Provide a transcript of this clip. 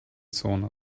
zone